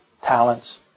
talents